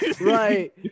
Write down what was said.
Right